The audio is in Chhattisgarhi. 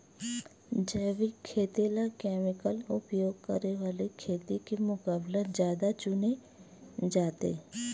जैविक खेती ला केमिकल उपयोग करे वाले खेती के मुकाबला ज्यादा चुने जाते